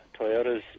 Toyota's